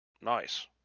Nice